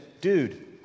dude